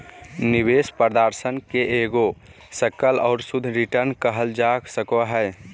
निवेश प्रदर्शन के एगो सकल और शुद्ध रिटर्न कहल जा सको हय